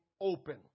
open